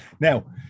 now